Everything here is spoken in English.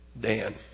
Dan